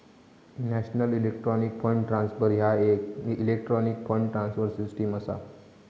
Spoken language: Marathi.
नॅशनल इलेक्ट्रॉनिक फंड ट्रान्सफर ह्या येक इलेक्ट्रॉनिक फंड ट्रान्सफर सिस्टम असा